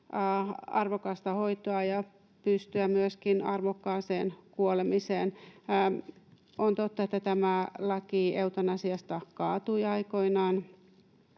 arvokasta hoitoa ja pystyä myöskin arvokkaaseen kuolemiseen. On totta, että laki eutanasiasta kaatui aikoinaan.